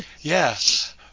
Yes